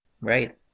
Right